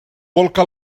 bolca